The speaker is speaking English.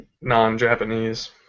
non-Japanese